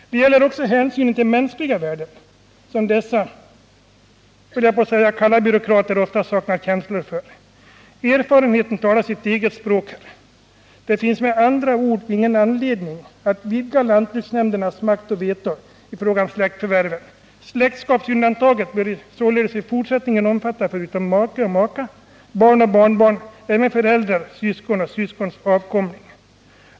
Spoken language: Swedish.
Det gäller också hänsynen till mänskliga värden, som dessa — låt mig säga det — kalla byråkrater oftast saknar känslor för. Erfarenheten talar sitt eget språk. Det finns med andra ord ingen anledning att vidga lantbruksnämndernas makt och veto i fråga om släktförvärven. Släktskapsundantaget bör således i fortsättningen omfatta förutom make/ maka, barn och barnbarn även föräldrar, syskon och syskons avkomling.